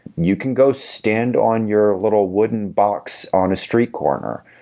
you can go stand on your little wooden box on a street corner,